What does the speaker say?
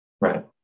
right